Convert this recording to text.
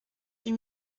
huit